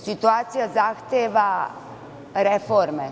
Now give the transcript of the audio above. Situacija zahteva reforme.